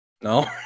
No